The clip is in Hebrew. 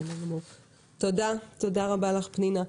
תודה רבה לך, כרמל.